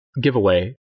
giveaway